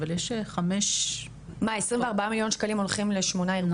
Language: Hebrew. אבל יש חמש --- מה כ-24 מיליון שקלים הולכים לשמונה ארגונים?